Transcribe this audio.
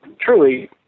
truly